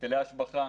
היטלי השבחה,